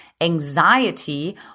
anxiety